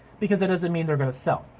because it doesn't mean they're gonna sell.